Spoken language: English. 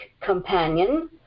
companion